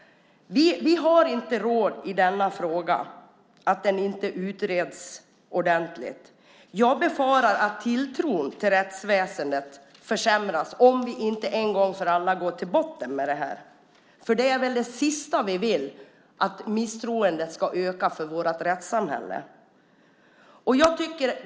Vi har inte råd att denna fråga inte utreds ordentligt. Jag befarar att tilltron till rättsväsendet försämras om vi inte en gång för alla går till botten med detta. Det sista vi vill är att misstroendet ska öka för vårt rättssamhälle.